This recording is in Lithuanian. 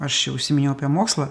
aš čia užsiminiau apie mokslą